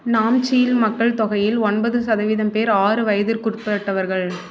நாம்ச்சியில் மக்கள் தொகையில் ஒன்பது சதவீதம் பேர் ஆறு வயதிற்குட்பட்டவர்கள்